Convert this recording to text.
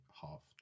half